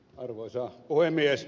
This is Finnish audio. arvoisa puhemies